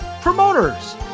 Promoters